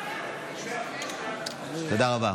תודה רבה.